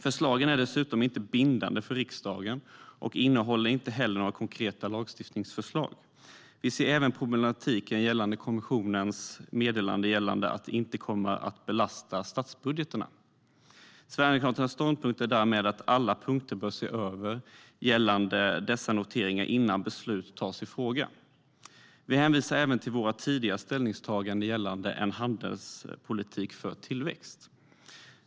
Förslagen är dessutom inte bindande för riksdagen. Vi ser även problematiken i kommissionens meddelande att detta inte kommer att belasta statsbudgetarna. Sverigedemokraternas ståndpunkt är därmed att alla punkter bör ses över gällande dessa noteringar innan beslut tas i frågan. Vi hänvisar även till våra tidigare ställningstaganden gällande en handelspolitik för tillväxt.